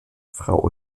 frau